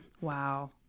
Wow